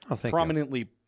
prominently